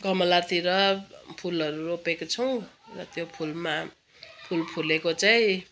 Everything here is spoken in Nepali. गमलातिर फुलहरू रोपेको छौँ र त्यो फुलमा फुल फुलेको चाहिँ